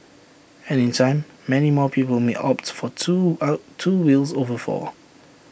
and in time many more people may opt for two out two wheels over four